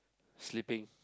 sleeping